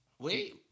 Wait